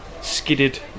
skidded